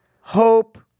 hope